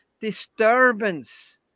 disturbance